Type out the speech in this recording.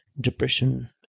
depression